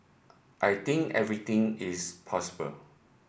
I think everything is possible